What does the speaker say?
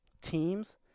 teams